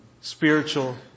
spiritual